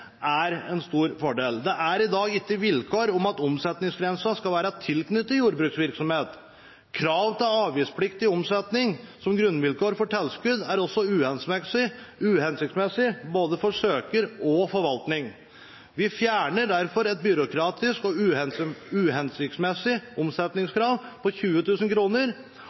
er en stor fordel. Det er ikke i dag vilkår om at omsetningsgrensen skal være tilknyttet jordbruksvirksomhet. Krav til avgiftspliktig omsetning som grunnvilkår for tilskudd er også uhensiktsmessig, både for søker og forvaltning. Vi fjerner derfor et byråkratisk og uhensiktsmessig omsetningskrav på